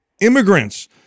immigrants